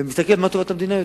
ומסתכל יותר מה טובת המדינה,